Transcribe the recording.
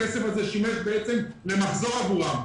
הכסף הזה שימש למחזור עבורם.